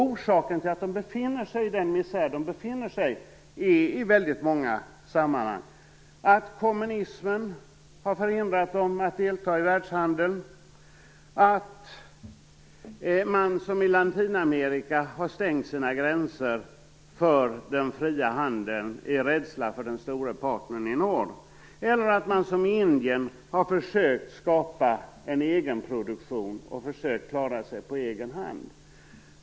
Orsaken till att länderna befinner sig i den misär de gör är i väldigt många fall att kommunismen har förhindrat dem att delta i världshandeln, att man som i Latinamerika har stängt sina gränser för fri handel av rädsla för den stora partnern i norr eller att man som i Indien har försökt skapa en egenproduktion och försökt klara sig på egen hand.